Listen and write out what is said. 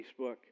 Facebook